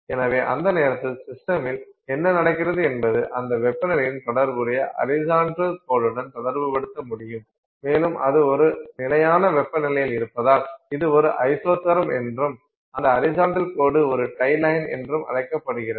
எனவே அந்த நேரத்தில் சிஸ்டமில் என்ன நடக்கிறது என்பது அந்த வெப்பநிலையுடன் தொடர்புடைய ஹரிசாண்டல் கோடுடன் தொடர்புபடுத்த முடியும் மேலும் அது ஒரு நிலையான வெப்பநிலையில் இருப்பதால் இது ஒரு ஐசோதெர்ம் என்றும் அந்த ஹரிசாண்டல் கோடு ஒரு டை லைன் என்றும் அழைக்கப்படுகிறது